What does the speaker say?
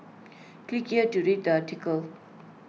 click here to read the article